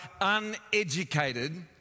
uneducated